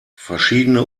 verschiedene